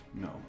No